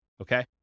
Okay